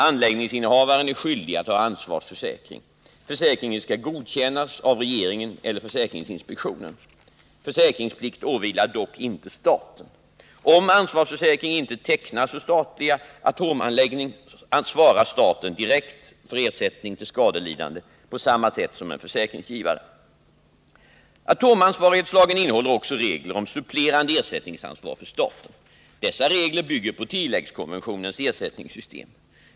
Anläggningsinnehavaren är skyldig att ha ansvarsförsäkring. Fö ringsinspektionen. Försäkringsplikt åvilar dock inte staten. Om ansvarsför ikringen skall godkännas av regeringen eller föj säkring inte tecknas för statlig atomanläggning, svarar staten direkt för ersättning till skadelidande på samma sätt som en försäkringsgivare. Atomansvarighetslagen innehåller också regler om supplerande ersättningsansvar för staten. Dessa regler bygger på tilläggskonventionens ersättningssystem.